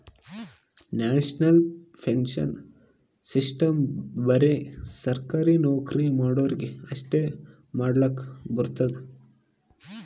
national pension system ಬರೆ ಸರ್ಕಾರಿ ನೌಕರಿ ಮಾಡೋರಿಗಿ ಅಷ್ಟೇ ಮಾಡ್ಲಕ್ ಬರ್ತುದ್